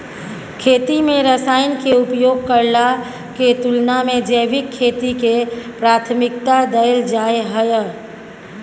खेती में रसायन के उपयोग करला के तुलना में जैविक खेती के प्राथमिकता दैल जाय हय